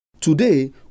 Today